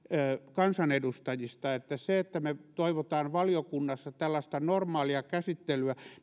kansanedustajista että sitä että me toivomme valiokunnassa tällaista normaalia käsittelyä